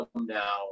now